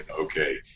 okay